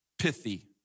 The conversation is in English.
pithy